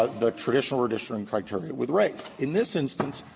the traditional redistricting criteria with race. in this instance,